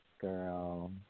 girl